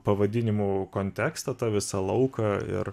pavadinimų kontekstą tą visą lauką ir